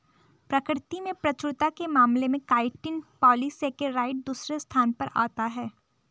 प्रकृति में प्रचुरता के मामले में काइटिन पॉलीसेकेराइड दूसरे स्थान पर आता है